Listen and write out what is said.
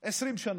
שנה.